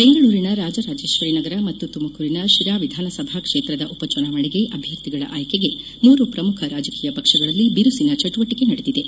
ಬೆಂಗಳೂರಿನ ರಾಜರಾಜೇಶ್ವರಿ ನಗರ ಮತ್ತು ತುಮಕೂರಿನ ಶಿರಾ ವಿಧಾನಸಭಾ ಕ್ಷೇತ್ರದ ಉಪಚುನಾವಣೆಗೆ ಅಭ್ಯರ್ಥಿಗಳ ಆಯ್ಕೆಗೆ ಮೂರು ಪ್ರಮುಖ ರಾಜಕೀಯ ಪಕ್ಷಗಳಲ್ಲಿ ಬಿರುಸಿನ ಚಟುವಟಿಕೆ ನಡೆದಿದೆ